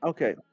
Okay